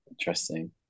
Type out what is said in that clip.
interesting